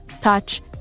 touch